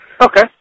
Okay